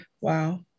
Wow